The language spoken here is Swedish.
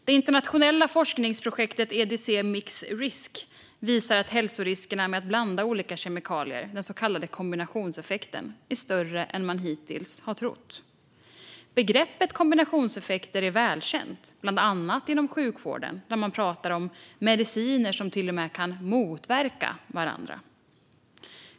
Det internationella forskningsprojektet EDC-MixRisk visar att hälsoriskerna med att blanda olika kemikalier, den så kallade kombinationseffekten, är större än man hittills har trott. Begreppet kombinationseffekter är välkänt, bland annat inom sjukvården, där man pratar om mediciner som till och med kan motverka varandra.